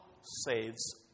saves